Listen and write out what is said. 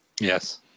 Yes